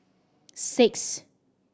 six